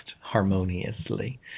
harmoniously